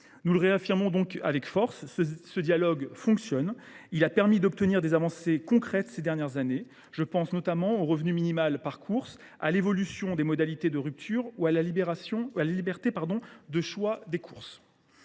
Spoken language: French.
Nous le réaffirmons avec force, ce dialogue fonctionne. Il a permis d’obtenir des avancées concrètes ces dernières années. Je pense au revenu minimal par course, à l’évolution des modalités de rupture ou à la liberté de choix des courses.